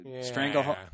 Stranglehold